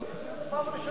פעם ראשונה.